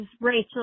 Rachel